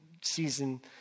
season